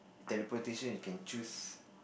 teleportation you can choose